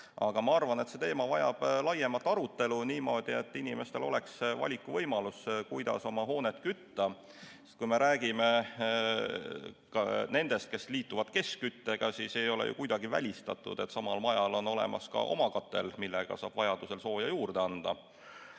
ma arvan, et see teema vajab laiemat arutelu niimoodi, et inimestel oleks valikuvõimalus, kuidas oma hoonet kütta. Sest kui me räägime nendest, kes liituvad keskküttega, siis ei ole ju kuidagi välistatud, et samal majal on olemas ka oma katel, millega saab vajaduse korral sooja juurde anda.